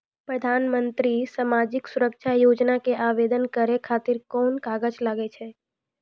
प्रधानमंत्री समाजिक सुरक्षा योजना के आवेदन करै खातिर कोन कागज लागै छै?